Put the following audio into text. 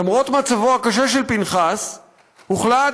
למרות מצבו הקשה של פנחס הוחלט